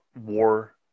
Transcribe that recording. war